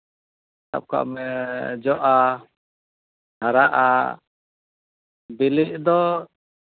ᱥᱟᱵ ᱠᱟᱜ ᱢᱮ ᱡᱚᱜᱼᱟ ᱦᱟᱨᱟᱜᱼᱟ ᱵᱤᱞᱤᱜ ᱫᱚ